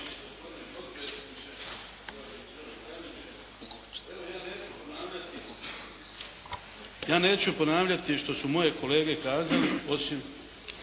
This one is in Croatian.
Ja neću ponavljati što su moje kolege kazali osim